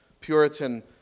Puritan